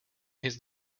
his